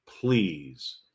please